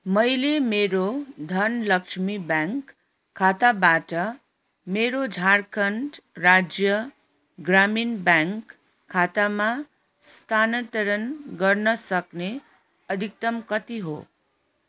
मैले मेरो धनलक्ष्मी ब्याङ्क खाताबाट मेरो झारखण्ड राज्य ग्रामीण ब्याङ्क खातामा स्थानान्तरण गर्न सक्ने अधिकतम कति हो